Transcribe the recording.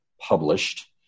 published